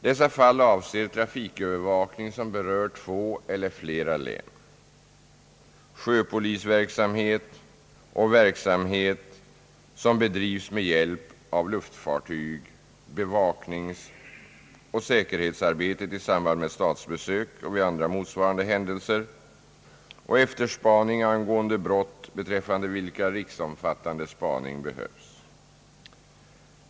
Dessa fall avser trafikövervakning som berör två eller flera län, sjöpolisverksamhet och verksamhet som bedrivs med hjälp av luftfartyg, bevakningsoch säkerhetsarbetet i samband med statsbesök och vid andra motsvarande händelser samt efterspaning angående brott, beträffande vilka riksomfattande spaning behövs.